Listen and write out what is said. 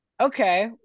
okay